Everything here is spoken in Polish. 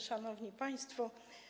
Szanowni Państwo!